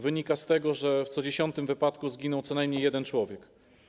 Wynika z tego, że w co dziesiątym wypadku zginął co najmniej jeden człowiek.